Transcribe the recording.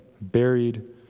buried